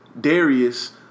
Darius